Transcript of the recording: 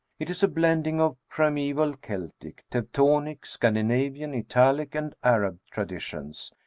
it is a blending of primaeval keltic, teutonic, scandinavian, italic, and arab traditions,